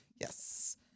Yes